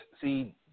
See